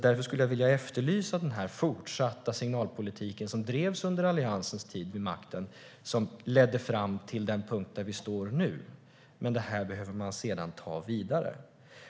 Därför skulle jag vilja efterlysa den fortsatta signalpolitiken som drevs under Alliansens tid vid makten som ledde fram till den punkt där vi står nu. Men detta behöver man sedan ta vidare.